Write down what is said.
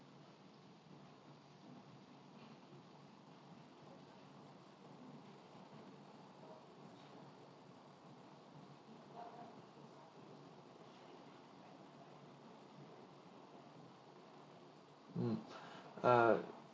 mm uh